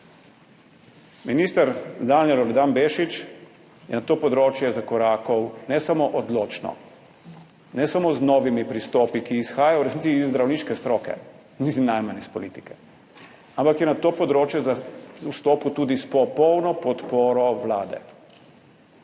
Minister Danijel Loredan Bešič je na to področje zakorakal ne samo odločno, ne samo z novimi pristopi, ki izhajajo v resnici iz zdravniške stroke, niti najmanj iz politike, ampak je na to področje vstopil tudi s popolno podporo vlade,